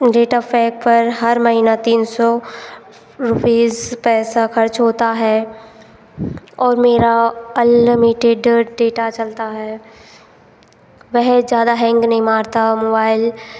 data pack पर हर महीना तीन सौ रुपीज़ पैसा खर्च होता है और मेरा अनलिमिटेड ड डेटा चलता है वह ज़्यादा हैंग नहीं मारता मोबाइल